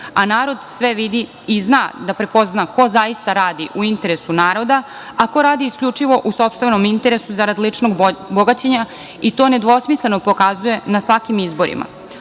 a narod sve vidi i zna da prepozna ko zaista radi u interesu naroda, a ko radi isključivo u sopstvenom interesu zarad ličnog bogaćenja i to nedvosmisleno pokazuje na svakim izborima. Oni